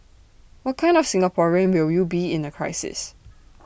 what kind of Singaporean will would be in A crisis